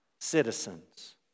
citizens